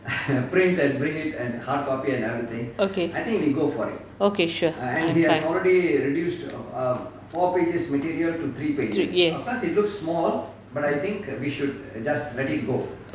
okay okay sure I'm fine three yes